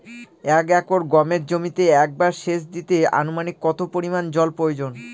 এক একর গমের জমিতে একবার শেচ দিতে অনুমানিক কত পরিমান জল প্রয়োজন?